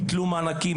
ביטלו מענקים,